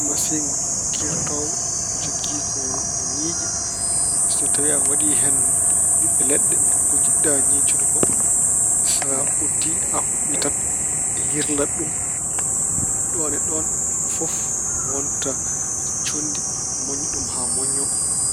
Masiŋ giirtoowo jogii ko ñiiƴe. So tawi a waɗi hen ɓiɓɓe leɗɗe ko jiɗɗa ñiiñcude ko, so a uddii, a huɓɓii tan yirlan ɗum noon e noon fof wonta conndi moñña ɗum haa moñño.